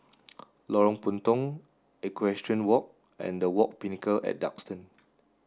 Lorong Puntong Equestrian Walk and The Pinnacle at Duxton